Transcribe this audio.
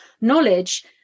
knowledge